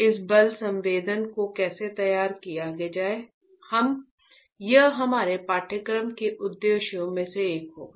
इस बल संवेदक को कैसे तैयार किया जाए यह हमारे पाठ्यक्रम के उद्देश्यों में से एक होगा